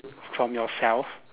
from yourself